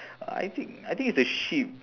I think I think it's the sheep